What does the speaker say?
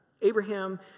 Abraham